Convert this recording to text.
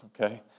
Okay